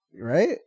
right